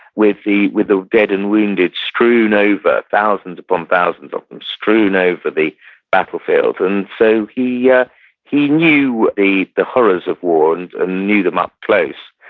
with the with the dead and wounded strewn over, thousands upon thousands of them strewn over the battlefields. and so he yeah he knew the horrors of war, and ah knew them up close.